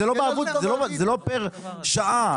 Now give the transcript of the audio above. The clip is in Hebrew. זה לא פר שעה.